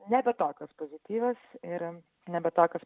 nebe tokios pozityvios ir nebe tokios